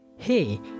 hey